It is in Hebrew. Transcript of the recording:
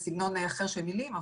בסגנון אחר של מילים.